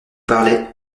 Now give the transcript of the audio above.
parlait